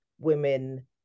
women